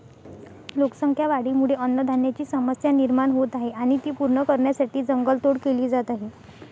लोकसंख्या वाढीमुळे अन्नधान्याची समस्या निर्माण होत आहे आणि ती पूर्ण करण्यासाठी जंगल तोड केली जात आहे